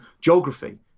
geography